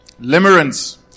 Limerence